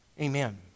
amen